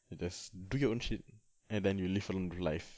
it's just do your own shit and then you live alone the life